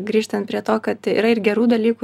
grįžtant prie to kad yra ir gerų dalykų